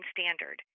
Standard